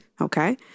Okay